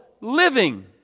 living